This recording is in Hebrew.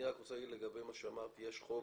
אני רק רוצה להגיד לגבי מה שאמרת, יש חוק